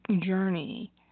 journey